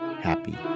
happy